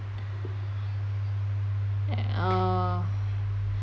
uh